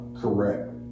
Correct